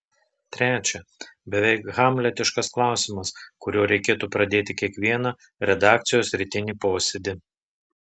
trečia beveik hamletiškas klausimas kuriuo reikėtų pradėti kiekvieną redakcijos rytinį posėdį